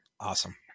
awesome